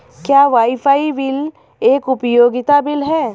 क्या wifi bill एक उपयोगिता बिल है?